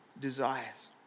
desires